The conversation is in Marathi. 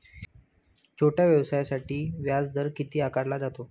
छोट्या व्यवसायासाठी व्याजदर किती आकारला जातो?